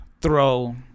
throw